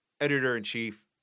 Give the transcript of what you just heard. Editor-in-Chief